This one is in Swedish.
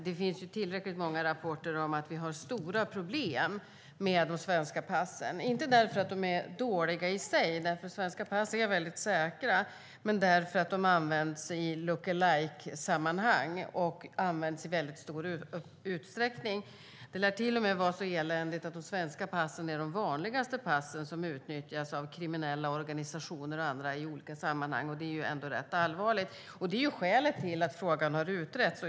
Det finns tillräckligt många rapporter om stora problem med de svenska passen, inte därför att de är dåliga i sig - svenska pass är väldigt säkra - utan därför att de används i lookalike-sammanhang och i stor utsträckning. Det lär till och med vara så eländigt att de svenska passen är de som är vanligast att kriminella organisationer och andra utnyttjar i olika sammanhang. Det är rätt allvarligt och skälet till att frågan har utretts.